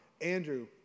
Andrew